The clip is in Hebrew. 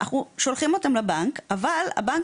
אז אנחנו